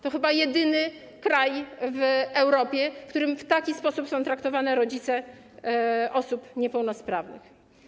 To chyba jedyny kraj w Europie, w którym w taki sposób są traktowani rodzice osób niepełnosprawnych.